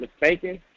mistaken